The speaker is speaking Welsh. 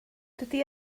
dydy